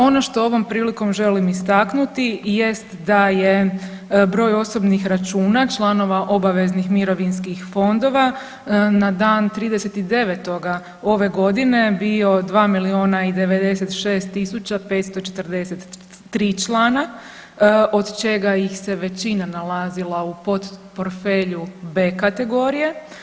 Ono što ovom prilikom želim istaknuti jest da je broj osobnih računa članova obaveznih mirovinskih fondova na dan 30.9. ove godine bio 2 miliona i 96 tisuća 543 člana, od čega ih se većina nalazila u potporfelju B kategorije.